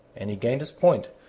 and he gained his point,